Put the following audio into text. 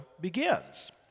begins